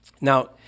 Now